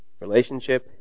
Relationship